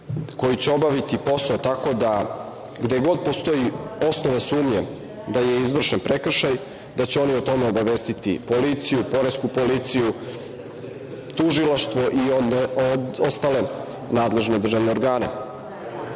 koji će obaviti posao tako da gde god postoji osnovna sumnja da je izvršen prekršaj da će oni o tome obavestiti policiju, poresku policiju, tužilaštvo i ostale nadležne državne organe. Drugi